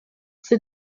ses